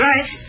right